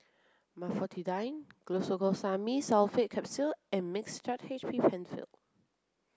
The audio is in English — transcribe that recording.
Glucosamine Sulfate Capsules and Mixtard H M Penfill